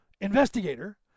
Investigator